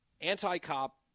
anti-cop